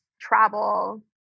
travel